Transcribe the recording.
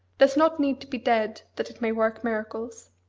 does not need to be dead that it may work miracles!